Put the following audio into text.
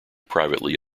privately